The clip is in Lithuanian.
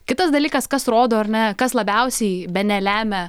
kitas dalykas kas rodo ar ne kas labiausiai bene lemia